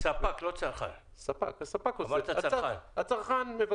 המקרה שבו הספק הנכנס